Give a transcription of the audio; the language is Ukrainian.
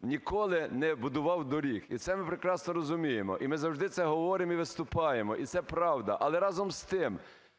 ніколи не будував доріг, і це ми прекрасно розуміємо, і ми завжди це говоримо і виступаємо, і це правда. Але разом з тим,